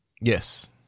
Yes